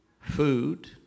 food